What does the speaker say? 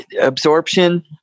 absorption